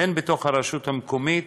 הן בתוך הרשות המקומית